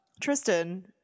Tristan